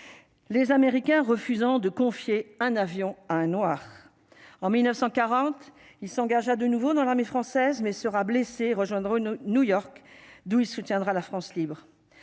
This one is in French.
les Américains refusant de confier un avion à un noir en 1940 il s'engage à de nouveau dans l'armée française mais sera blessés rejoindre New York d'où il soutiendra la France libre